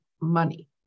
money